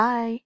Bye